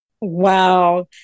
Wow